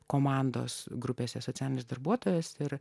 komandos grupėse socialinis darbuotojas ir